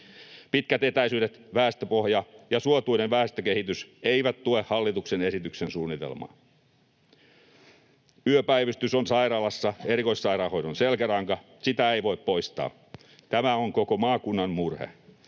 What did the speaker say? Pitkät etäisyydet, väestöpohja ja suotuinen väestökehitys eivät tue hallituksen esityksen suunnitelmaa. Yöpäivystys on sairaalassa erikoissairaanhoidon selkäranka, sitä ei voi poistaa. Tämä on koko maakunnan murhe.